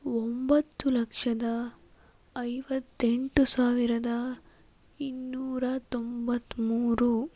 ಒಂಬತ್ತು ಲಕ್ಷದ ಐವತ್ತೆಂಟು ಸಾವಿರದ ಇನ್ನೂರ ತೊಂಬತ್ತಮೂರು